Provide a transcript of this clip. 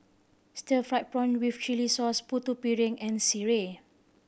stir fried prawn with chili sauce Putu Piring and sireh